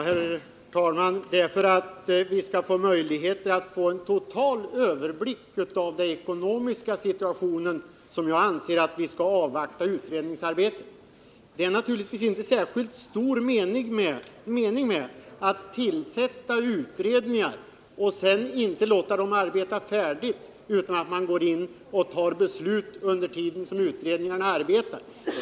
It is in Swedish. Herr talman! Det är för att vi skall få möjligheter till en total överblick av den ekonomiska situationen som jag anser att vi skall avvakta utredningsarbetet. Det kan naturligtvis inte vara särskilt stor mening med att tillsätta utredningar och sedan inte låta dem arbeta färdigt utan man går in och fattar beslut under tiden som utredningarna pågår.